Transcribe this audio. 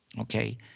Okay